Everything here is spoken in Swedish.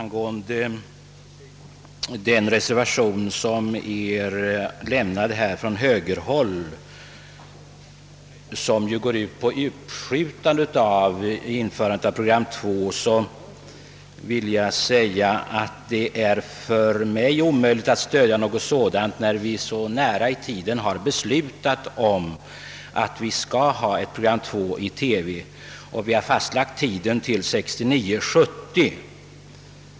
När det gäller den reservation som är lämnad från högerpartiet angående uppskjutande av införandet av TV 2 vill jag säga att det är omöjligt att stödja något sådant, när vi nyligen har beslutat om att vi skall ha program 2 i TV och fastslagit tiden till 1969/70.